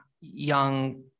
young